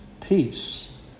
peace